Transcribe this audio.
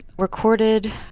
Recorded